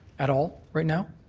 at all, right now?